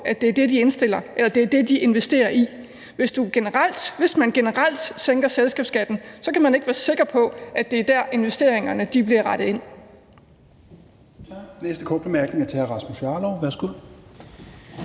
vi gerne vil være sikre på, at det er det, de investerer i. Hvis man generelt sænker selskabsskatten, kan man ikke være sikker på, at det er der, investeringerne bliver rettet hen.